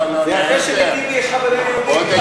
זה יפה שלטיבי יש חברים יהודים.